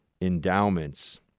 endowments